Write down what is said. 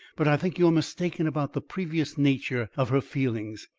but i think you are mistaken about the previous nature of her feelings.